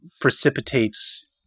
precipitates